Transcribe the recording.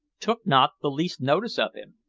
took not the least notice of him.